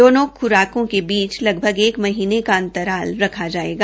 दोनो खुराकों के बीच लगभग एक महीने का अंतराल रख जायेगा